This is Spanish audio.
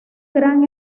gran